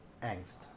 angst